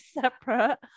separate